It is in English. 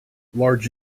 large